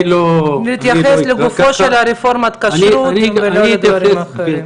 אני מבקשת להתייחס לגופה של רפורמת הכשרות ולא לדברים אחרים.